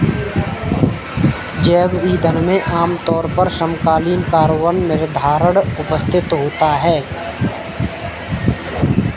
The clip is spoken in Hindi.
जैव ईंधन में आमतौर पर समकालीन कार्बन निर्धारण उपस्थित होता है